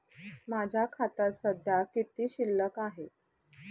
माझ्या खात्यात सध्या किती शिल्लक आहे?